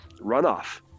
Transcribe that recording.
runoff